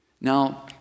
Now